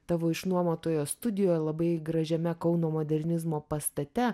tavo išnuomotoje studijoje labai gražiame kauno modernizmo pastate